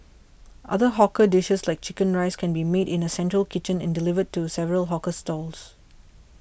other hawker dishes like Chicken Rice can be made in a central kitchen and delivered to several hawker stalls